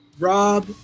Rob